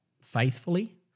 faithfully